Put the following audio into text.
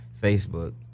Facebook